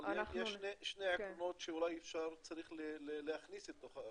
אבל יש שני עקרונות שצריך להכניס לתוכה,